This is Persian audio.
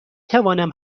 توانم